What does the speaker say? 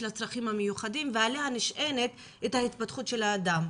הצרכים המיוחדים ועליה נשענת התפתחות האדם.